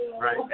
right